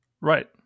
Right